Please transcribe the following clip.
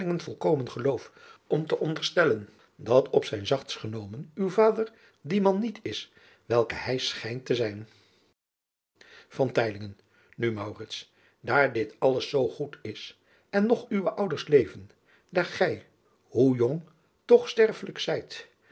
volkomen geloof om te onderstellen dat op zijn zachtst genomen uw vader die man niet is welke hij schijnt te zijn u daar dit alles zoo is en nog uwe ouders leven daar gij hoe jong toch sterselijk zijt